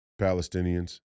Palestinians